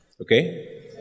Okay